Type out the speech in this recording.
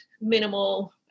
minimal